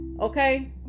okay